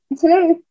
Today